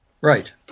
Right